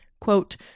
quote